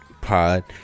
pod